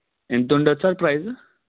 ఎంత ఉండొచ్చు అది ప్రైజు